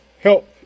help